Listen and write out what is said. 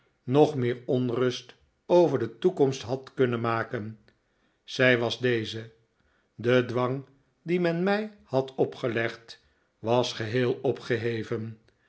nog meer ongerust over de toekomst had kunnen maken zij was deze de dwang dien men mij had opgelegd was geheel opgeheven